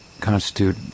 constitute